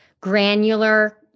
granular